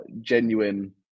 genuine